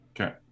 Okay